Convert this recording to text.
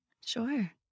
Sure